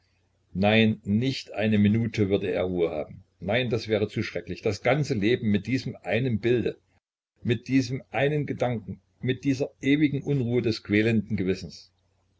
nein nicht eine minute würde er ruhe haben nein das wäre zu schrecklich das ganze leben mit diesem einen bilde mit diesem einen gedanken mit dieser ewigen unruhe des quälenden gewissens